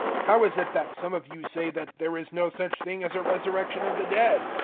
how is it that some of you say that there is no such thing as a resurrection of the dead?